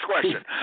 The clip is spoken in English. question